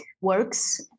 works